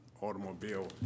automobile